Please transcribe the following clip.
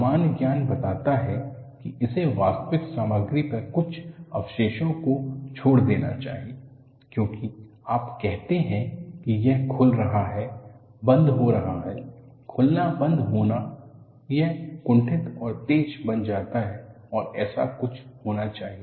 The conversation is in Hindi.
सामान्य ज्ञान बताता है कि इसे वास्तविक सामग्री पर कुछ अवशेषों को छोड़ देना चाहिए क्योंकि आप कहते हैं कि यह खुल रहा है बंद हो रहा है खुलना बंद होना यह कुंठित और तेज बन जाता है और ऐसा कुछ होना चाहिए